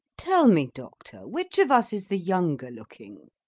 tell me, doctor, which of us is the younger looking?